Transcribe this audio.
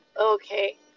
okay